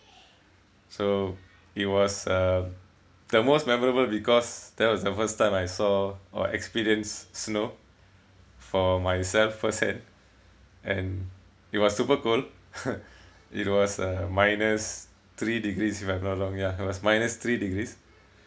so it was uh the most memorable because that was the first time I saw or experience snow for myself first hand and it was super cold it was uh minus three degrees if I'm not wrong ya it was minus three degrees